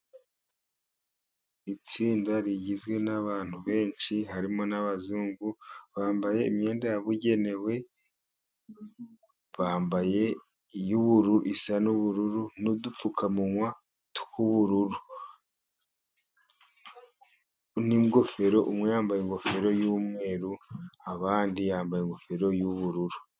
Itsinda rigizwe n'abantu benshi harimo n'abazungu, bambaye imyenda yabugenewe, bambaye , isa n'ubururu, n'udupfukamunwa tw'ubururu, n'ingofero, umwe yambaye ingofero y'umweru, abandi bambaye ingofero y'ubururu.